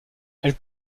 elle